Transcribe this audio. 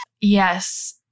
Yes